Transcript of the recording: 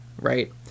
right